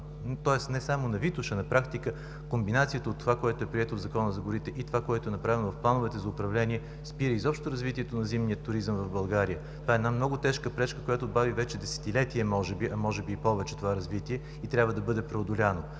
не само на Витоша, на практика комбинацията от това, което е прието в Закона за горите, и това, което е направено в плановете за управление, спира изобщо развитието на зимния туризъм в България. Това е една много тежка пречка, която бави вече десетилетия може би, а може би и повече това развитие и трябва да бъде преодоляно.